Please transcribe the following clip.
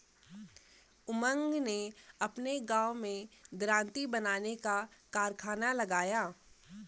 उमंग ने अपने गांव में दरांती बनाने का कारखाना लगाया